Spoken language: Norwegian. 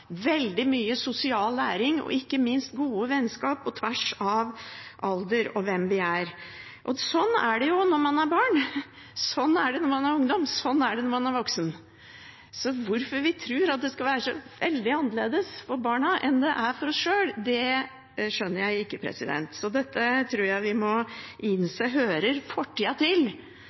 veldig mye sosial læring og ikke minst gode vennskap på tvers av alder og hvem vi er. Sånn er det når man er barn, sånn er det når man er ungdom, sånn er det når man er voksen. Så hvorfor vi tror at det skal være så veldig annerledes for barna enn det er for oss sjøl, det skjønner jeg ikke. Jeg tror vi må innse at det hører fortida til